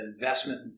investment